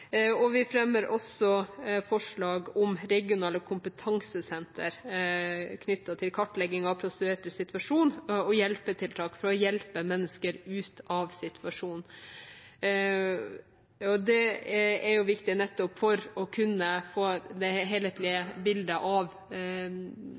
igjennom. Vi fremmer også forslag om regionale kompetansesentre knyttet til kartlegging av prostituertes situasjon og tiltak for å hjelpe mennesker ut av situasjonen. Det er viktig nettopp for å kunne få det helhetlige bildet av